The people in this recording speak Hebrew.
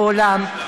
באולם.